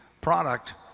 product